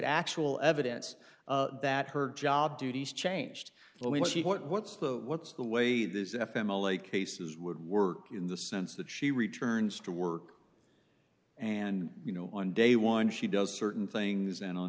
actual evidence that her job duties changed when she what's the what's the way this emily cases would work in the sense that she returns to work and you know on day one she does certain things and on